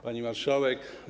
Pani Marszałek!